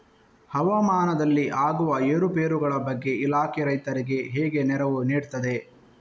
ಹವಾಮಾನದಲ್ಲಿ ಆಗುವ ಏರುಪೇರುಗಳ ಬಗ್ಗೆ ಇಲಾಖೆ ರೈತರಿಗೆ ಹೇಗೆ ನೆರವು ನೀಡ್ತದೆ?